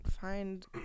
find